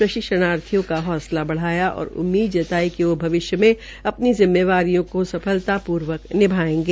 प्रशिक्षणर्थियों का हौसला बधाया और उम्मीद जताई कि वो भविष्य में अपनी जिम्मेदारियों को सफलता पूर्वक निभायेंगे